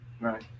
Right